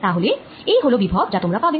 তা হলে এই হল বিভব যা তোমরা পাবে